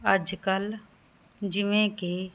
ਅੱਜ ਕੱਲ ਜਿਵੇਂ ਕਿ